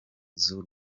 z’u